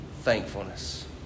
Thankfulness